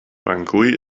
bangui